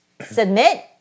submit